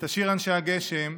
את השיר "אנשי הגשם",